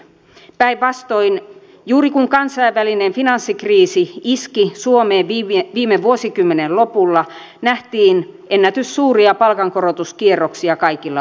päinvastoin juuri kun kansainvälinen finanssikriisi iski suomeen viime vuosikymmenen lopulla nähtiin ennätyssuuria palkankorotuskierroksia kaikilla aloilla